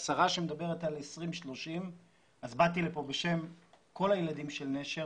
השרה שמדברת על 2030. באתי לכאן בשם כל הילדים של נשר,